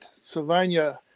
Sylvania